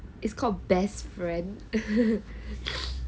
it's called best friend